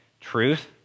Truth